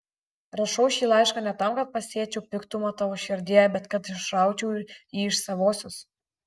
rašau šį laišką ne tam kad pasėčiau piktumą tavo širdyje bet kad išraučiau jį iš savosios